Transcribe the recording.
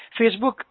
Facebook